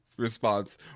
response